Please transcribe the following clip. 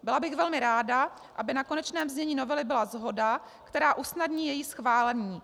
Byla bych velmi ráda, aby na konečném znění novely byla shoda, která usnadní její schválení.